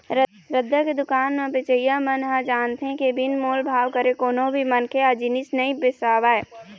रद्दा के दुकान म बेचइया मन ह जानथे के बिन मोल भाव करे कोनो भी मनखे ह जिनिस नइ बिसावय